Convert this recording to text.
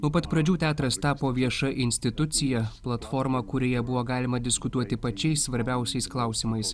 nuo pat pradžių teatras tapo vieša institucija platforma kurioje buvo galima diskutuoti pačiais svarbiausiais klausimais